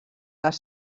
les